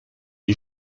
die